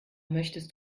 möchtest